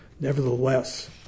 Nevertheless